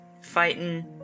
fighting